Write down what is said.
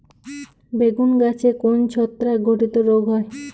বেগুন গাছে কোন ছত্রাক ঘটিত রোগ হয়?